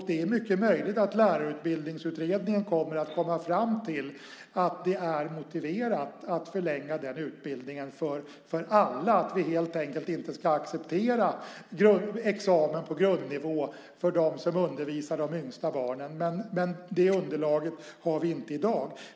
Det är mycket möjligt att Lärarutbildningsutredningen kommer att komma fram till att det är motiverat att förlänga den utbildningen för alla, att vi helt enkelt inte ska acceptera examen på grundnivå för dem som undervisar de yngsta barnen. Men det underlaget har vi inte i dag.